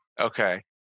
Okay